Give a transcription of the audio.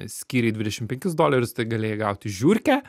skyrei dvidešim penkis dolerius tai galėjai gauti žiurkę